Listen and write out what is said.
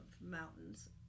mountains